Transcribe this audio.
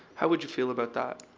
how would you feel about that?